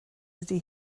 ydy